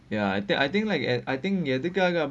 ya I think I think like eh I think எடுத்துகையே:eduthukaiyae